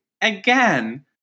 again